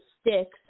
sticks